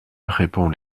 répond